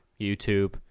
youtube